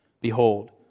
Behold